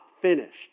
finished